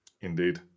indeed